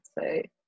say